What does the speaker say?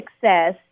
Success